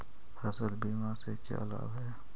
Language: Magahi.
फसल बीमा से का लाभ है?